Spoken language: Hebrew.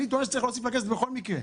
אני טוען שצריך להוסיף לכנסת בכל מקרה.